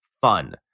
fun